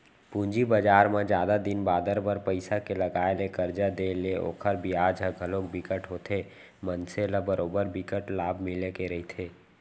पूंजी बजार म जादा दिन बादर बर पइसा के लगाय ले करजा देय ले ओखर बियाज ह घलोक बिकट होथे मनसे ल बरोबर बिकट लाभ मिले के रहिथे